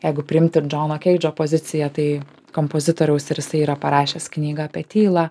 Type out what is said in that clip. jeigu priimti ir džono keidžo poziciją tai kompozitoriaus ir jisai yra parašęs knygą apie tylą